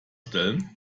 stellen